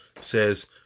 says